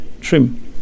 trim